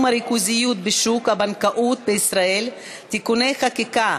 הריכוזיות בשוק הבנקאות בישראל (תיקוני חקיקה),